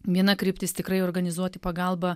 viena kryptis tikrai organizuoti pagalbą